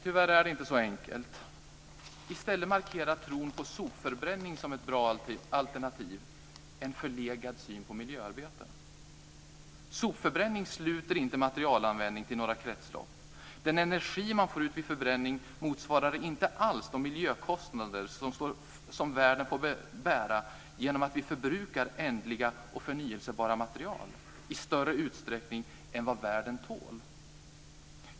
Tyvärr är det inte så enkelt. Tron på sopförbränning som ett bra alternativ markerar i stället en förlegad syn på miljöarbete. Sopförbränning sluter inte materialanvändning till några kretslopp. Den energi man får ut vid förbränning motsvarar inte alls de miljökostnader som världen får bära genom att vi förburkar ändliga och förnyelsebara material i större utsträckning än vad världen tål.